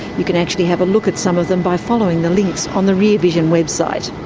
you can actually have a look at some of them by following the links on the rear vision website.